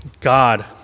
God